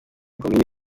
komini